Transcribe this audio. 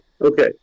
Okay